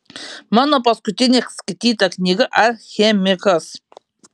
mano paskutinė skaityta knyga alchemikas